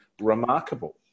remarkable